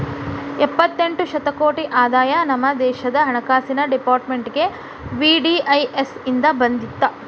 ಎಪ್ಪತ್ತೆಂಟ ಶತಕೋಟಿ ಆದಾಯ ನಮ ದೇಶದ್ ಹಣಕಾಸಿನ್ ಡೆಪಾರ್ಟ್ಮೆಂಟ್ಗೆ ವಿ.ಡಿ.ಐ.ಎಸ್ ಇಂದ್ ಬಂದಿತ್